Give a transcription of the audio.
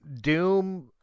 Doom